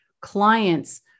clients